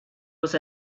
was